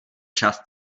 čas